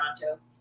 toronto